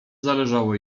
zależało